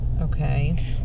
Okay